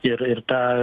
ir ir tą